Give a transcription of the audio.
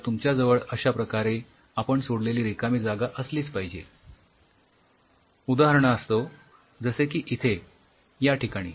तर तुमच्याजवळ अश्या प्रकारे आपण सोडलेली रिकामी जागा असलीच पाहिजे उदाहरणास्तव जसे की इथे या ठिकाणी